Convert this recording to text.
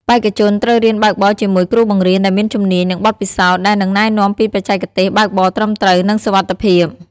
បេក្ខជនត្រូវរៀនបើកបរជាមួយគ្រូបង្រៀនដែលមានជំនាញ និងបទពិសោធន៍ ដែលនឹងណែនាំពីបច្ចេកទេសបើកបរត្រឹមត្រូវ និងសុវត្ថិភាព។